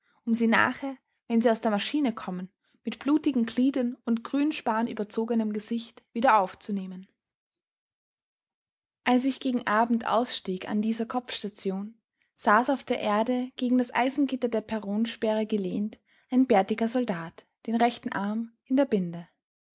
um sie nachher wenn sie aus der maschine kommen mit blutigen gliedern und grünspanüberzogenem gesicht wieder aufzunehmen als ich gegen abend ausstieg an dieser kopfstation saß auf der erde gegen das eisengitter der perronsperre gelehnt ein bärtiger soldat den rechten arm in der binde